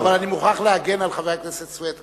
אני מוכרח להגן על חבר הכנסת סוייד.